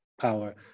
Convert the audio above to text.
power